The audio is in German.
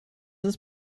ist